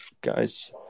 guys